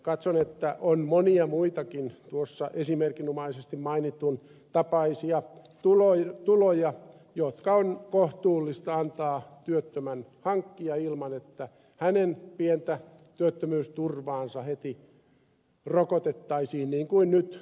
katson että on monia muitakin tuossa esimerkinomaisesti mainitun tapaisia tuloja jotka on kohtuullista antaa työttömän hankkia ilman että hänen pientä työttömyysturvaansa heti rokotettaisiin niin kuin nyt tapahtuu